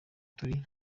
turi